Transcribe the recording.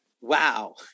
Wow